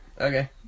Okay